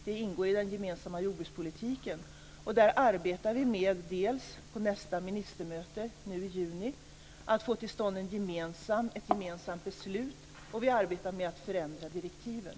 Det ingår i den gemensamma jordbrukspolitiken. Där arbetar vi med dels att på nästa ministermöte i juni få till stånd ett gemensamt beslut, dels att förändra direktiven.